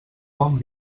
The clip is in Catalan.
bon